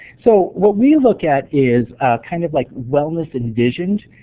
so what we look at is a kind of like wellness envisioned.